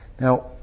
Now